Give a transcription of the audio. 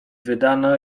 wydano